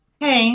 Hey